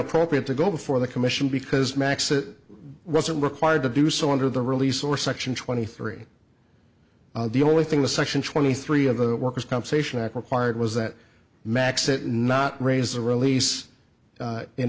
appropriate to go before the commission because max it wasn't required to do so under the release or section twenty three the only thing the section twenty three of the worker's compensation act required was that max it not raise the release